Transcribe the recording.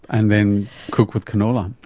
and then cook with canola.